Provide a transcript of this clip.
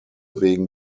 wegen